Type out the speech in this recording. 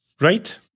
right